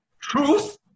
truth